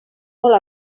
molt